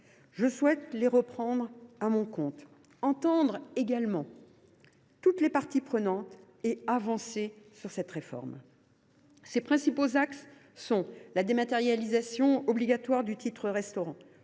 Je souhaite les reprendre à mon compte, entendre toutes les parties prenantes et avancer sur cette réforme. Ses principaux axes sont la dématérialisation obligatoire du titre restaurant,